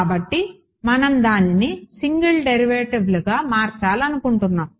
కాబట్టి మనం దానిని సింగిల్ డెరివేటివ్లుగా మార్చాలనుకుంటున్నాము